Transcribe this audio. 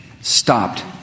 stopped